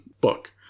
book